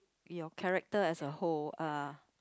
your character as a whole